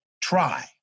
try